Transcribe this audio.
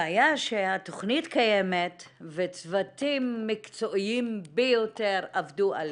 הבעיה שהתכנית קיימת וצוותים מקצועיים ביותר עבדו עליה.